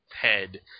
head